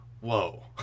whoa